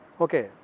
okay